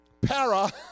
para